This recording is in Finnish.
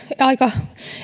aika